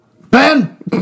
Ben